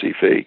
fee